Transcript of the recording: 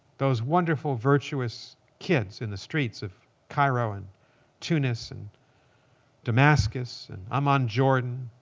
those wonderful, virtuous kids in the streets of cairo and tunis and damascus and amman, jordan,